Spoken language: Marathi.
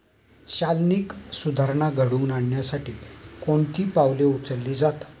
चालनीक सुधारणा घडवून आणण्यासाठी कोणती पावले उचलली जातात?